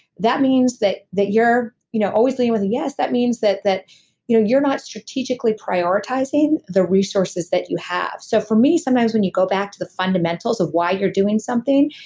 that means that that you're you know always leading with a yes, that means that that you know you're not strategically prioritizing the resources that you have. so for me sometimes when you go back to the fundamentals of why you're doing something,